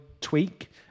tweak